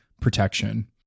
protection